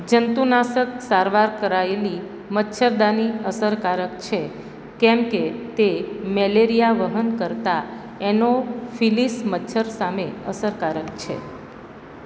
જંતુનાશક સારવાર કરાયેલી મચ્છરદાની અસરકારક છે કેમ કે તે મેલેરિયા વહન કરતા એનોફિલીસ મચ્છર સામે અસરકારક છે